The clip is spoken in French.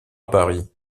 paris